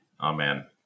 Amen